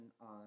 on